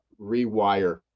rewire